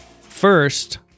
First